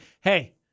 hey